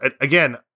again